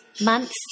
months